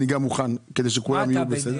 אני גם מוכן כדי שכולם יהיו בסדר.